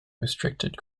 restricted